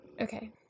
Okay